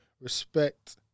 respect